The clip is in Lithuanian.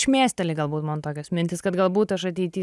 šmėsteli galbūt man tokios mintys kad galbūt aš ateity